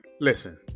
Listen